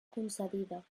concedida